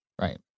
right